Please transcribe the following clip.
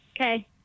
Okay